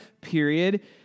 period